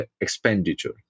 expenditure